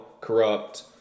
corrupt